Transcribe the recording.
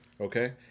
Okay